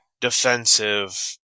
defensive